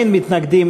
אין מתנגדים,